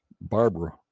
Barbara